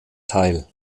teil